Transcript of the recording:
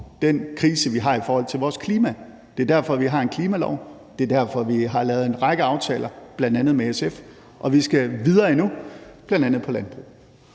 den krise, vi har i forhold til vores klima. Det er derfor, vi har en klimalov. Det er derfor, vi har lavet en række aftaler, bl.a. med SF, og vi skal videre endnu, bl.a. på